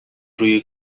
روی